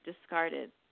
discarded